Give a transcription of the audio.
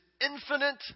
infinite